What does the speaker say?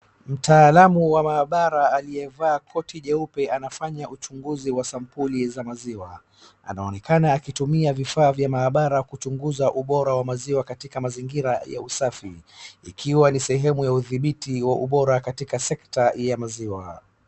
Mtaalamu wa maabara aliyevaa koti jeupe anafanya uchunguzi wa sampuli za maziwa, anaonekana akitumia vifaa vya maabara kuchunguza ubora wa maziwa katika mazingira ya usafi. Ikiwa ni sehemu ya udhibuti wa ubora katika sekta ya maziwa.